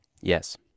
Yes